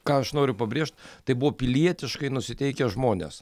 ką aš noriu pabrėžt tai buvo pilietiškai nusiteikę žmonės